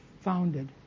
founded